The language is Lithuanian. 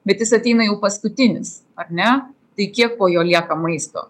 bet jis ateina jau paskutinis ar ne tai kiek po jo lieka maisto